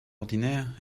ordinaire